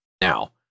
Now